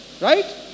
Right